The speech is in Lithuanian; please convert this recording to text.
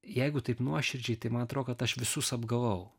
jeigu taip nuoširdžiai tai man atrodo kad aš visus apgavau